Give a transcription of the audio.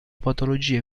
patologie